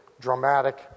dramatic